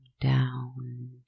down